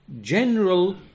general